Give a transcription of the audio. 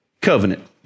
Covenant